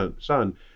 son